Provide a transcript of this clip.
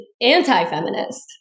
anti-feminist